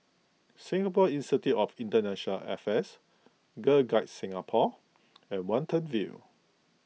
Singapore Institute of International Affairs Girl Guides Singapore and Watten View